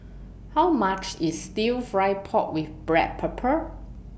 How much IS Stir Fried Pork with Black Pepper